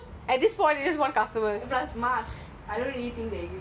I think they really I really really think they wouldn't care